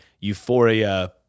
Euphoria